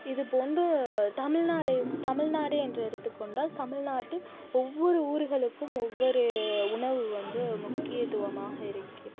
இது போன்ற தமிழ்நாடே தமிழ்நாடு என்று எடுத்துக்கொண்டால் தமிழ்நாட்டில் ஒவ்வொரு ஊர்களுக்கும் ஒவ்வொரு உணவு வந்து முக்கியத்துவமாக இருக்கிறது